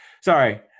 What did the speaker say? Sorry